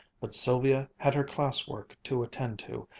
but sylvia had her class-work to attend to,